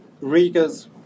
Riga's